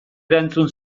erantzun